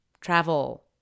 travel